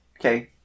okay